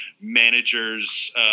manager's